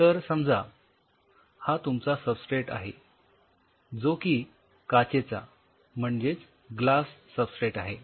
तर समजा हा तुमचा सबस्ट्रेट आहे जो की काचेचा म्हणजेच ग्लास सबस्ट्रेट आहे